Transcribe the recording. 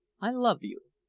i love you!